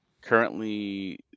currently